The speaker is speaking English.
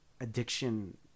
addiction